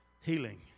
healing